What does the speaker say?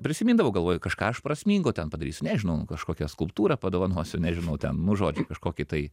prisimindavau galvoju kažką aš prasmingo ten padarysiu nežinau nu kažkokią skulptūrą padovanosiu nežinau ten nu žodžiu kažkokį tai